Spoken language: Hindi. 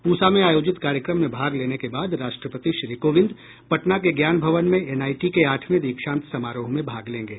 पूसा में आयोजित कार्यक्रम में भाग लेने के बाद राष्ट्रपति श्री कोविंद पटना के ज्ञान भवन में एनआईटी के आठवें दीक्षांत समारोह में भाग लेंगे